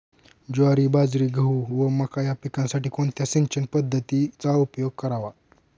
ज्वारी, बाजरी, गहू व मका या पिकांसाठी कोणत्या सिंचन पद्धतीचा उपयोग करावा?